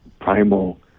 primal